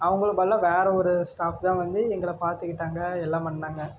அவங்களுக்கு பதிலாக வேற ஒரு ஸ்டாஃப் தான் வந்து எங்களை பார்த்துக்கிட்டாங்க எல்லாம் பண்ணாங்க